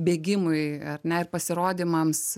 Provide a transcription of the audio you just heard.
bėgimui ar ne ir pasirodymams